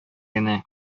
генә